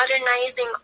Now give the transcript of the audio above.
modernizing